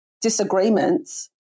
disagreements